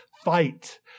fight